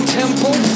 temple